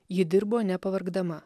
ji dirbo nepavargdama